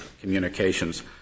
communications